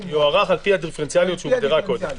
--- יוארך על פי הדיפרנציאליות שהוגדרה קודם,